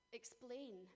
explain